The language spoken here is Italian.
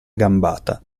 gambata